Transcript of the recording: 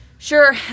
Sure